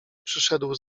przyszedł